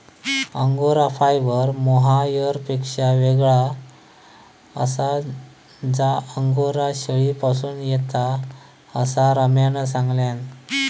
angora fibre मोहायरपेक्षा येगळा आसा जा अंगोरा शेळीपासून येता, असा रम्यान सांगल्यान